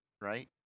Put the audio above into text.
right